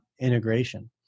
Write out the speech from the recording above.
integration